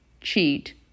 cheat